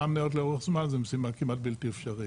מאוד לאורך זמן זו משימה כמעט בלתי אפשרית,